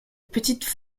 petites